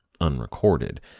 unrecorded